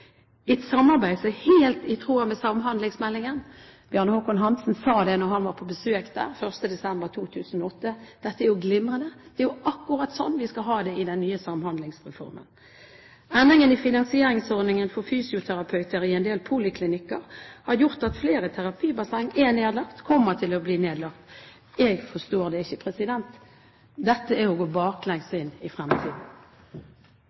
et samarbeid som er helt i tråd med samhandlingsmeldingen. Bjarne Håkon Hanssen sa da han var på besøk der 1. desember 2008, at dette er jo glimrende, det er jo akkurat slik vi skal ha det i den nye samhandlingsreformen. Endringen i finansieringsordningen for fysioterapeuter i en del poliklinikker har gjort at flere terapibasseng er nedlagt, eller kommer til å bli nedlagt. Jeg forstår det ikke. Dette er